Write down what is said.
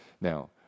Now